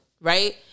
Right